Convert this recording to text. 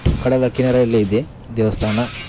ಕಡಲ ಕಿನಾರೆಯಲ್ಲೆ ಇದೆ ದೇವಸ್ಥಾನ